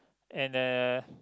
and uh